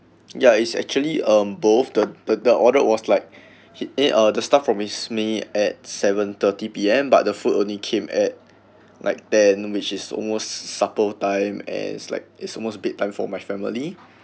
ya it's actually um both the the the order was like he eh um the staff promise me at seven thirty p m but the food only came at like ten which is almost supper time and it's like it's almost bedtime for my family